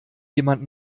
jemand